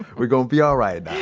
we gon' be alright,